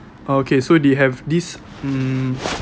okay so they have this mm